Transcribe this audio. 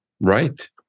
Right